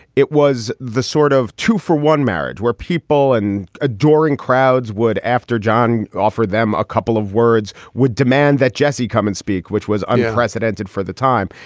it was the sort of two for one marriage where people and adoring crowds would, after john offered them a couple of words, would demand that jesse come and speak, which was unprecedented for the time.